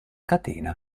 catena